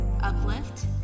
Uplift